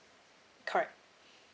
correct